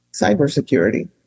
cybersecurity